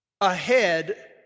ahead